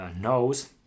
knows